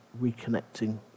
reconnecting